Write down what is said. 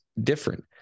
different